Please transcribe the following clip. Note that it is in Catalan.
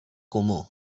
comú